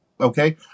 Okay